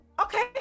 Okay